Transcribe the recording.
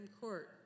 Court